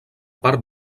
part